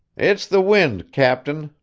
it's the wind, captain,